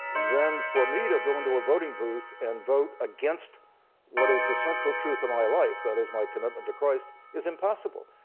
then for me to go into a voting booth and vote against what is the central truth in my life, that is my commitment to christ, is impossible.